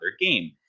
game